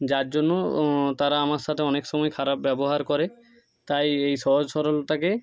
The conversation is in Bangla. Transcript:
যার জন্য তারা আমার সাথে অনেক সময় খারাপ ব্যবহার করে তাই এই সহজ সরলতাকে